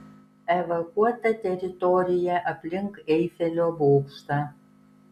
evakuota teritorija aplink eifelio bokštą